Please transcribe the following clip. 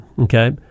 okay